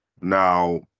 now